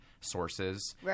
sources